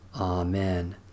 Amen